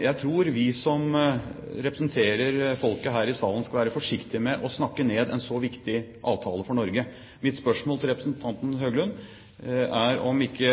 Jeg tror vi som representerer folket her i salen, skal være forsiktige med å snakke ned en så viktig avtale for Norge. Mitt spørsmål til representanten Høglund er om ikke